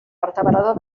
vertebrador